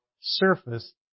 surface